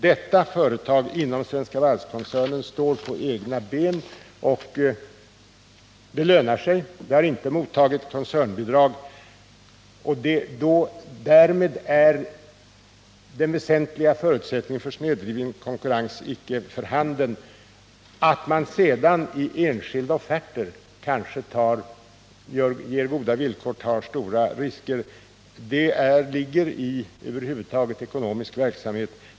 Detta företag inom Svenska Varv-koncernen står på egna ben, det lönar sig och det har inte mottagit koncernbidrag. Därmed är den väsentliga förutsättningen för snedvriden konkurrens icke för handen. Att man sedan i enskilda offerter kanske ger goda villkor och tar stora risker ligger över huvud taget i ekonomisk verksamhet.